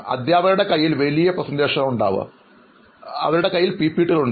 അധ്യാപകരുടെ കൈയിൽ വലിയ അവതരണങ്ങളാണ് ഉണ്ടാവാറുള്ളത് അവരുടേതായ പിപിടി ഉണ്ട്